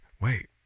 wait